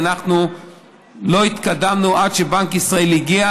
ואנחנו לא התקדמנו עד שבנק ישראל הגיע